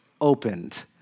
opened